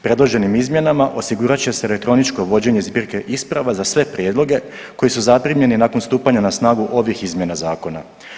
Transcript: Predloženim izmjenama osigurat će se elektroničko vođenje zbirke isprava za sve prijedloge koji su zaprimljeni nakon stupanja na snagu ovih izmjena zakona.